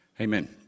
Amen